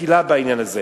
מקלה בעניין הזה.